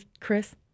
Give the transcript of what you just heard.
Chris